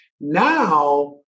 now